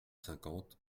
cinquante